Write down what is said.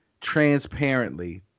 transparently